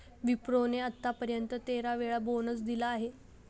विप्रो ने आत्तापर्यंत तेरा वेळा बोनस दिला आहे